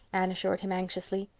anne assured him anxiously.